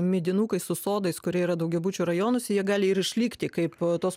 medinukai su sodais kurie yra daugiabučių rajonuose jie gali ir išlikti kaip tos